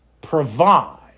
provide